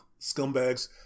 scumbags